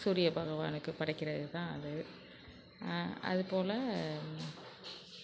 சூரிய பகவானுக்கு படைக்கிறதுதான் அது அதுப்போல்